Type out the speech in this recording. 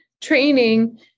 training